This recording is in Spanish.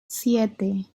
siete